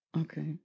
Okay